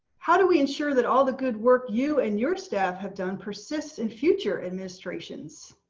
how do we ensure that all the good work, you and your staff have done persist in future administrations?